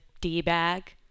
D-bag